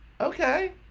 okay